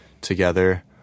together